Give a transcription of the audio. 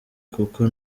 kuko